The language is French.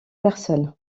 personnes